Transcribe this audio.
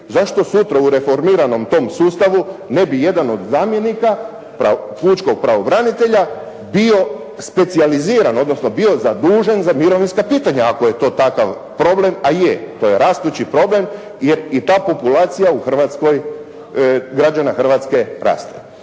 zašto sutra u reformiranom tom sustavu ne bi jedan od zamjenika pučkog pravobranitelja bio specijaliziran, odnosno bio zadužen za mirovinska pitanja ako je to takav problem, a je. To je rastući problem jer i ta populacija u Hrvatskoj, građana Hrvatske raste.